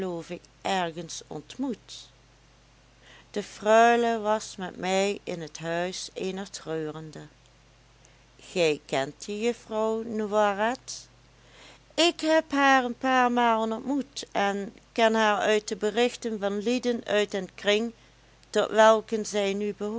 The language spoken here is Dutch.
ergens ontmoet de freule was met mij in het huis eener treurende gij kent die juffrouw noiret ik heb haar een paar malen ontmoet en ken haar uit de berichten van lieden uit den kring tot welken zij nu behoort